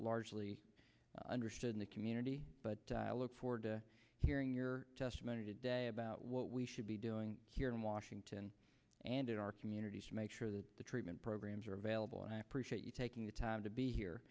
largely understood in the community but i look forward to hearing your testimony today about what we should be doing here in washington and in our communities to make sure that the treatment programs are available and i appreciate you taking the time to be here